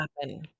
happen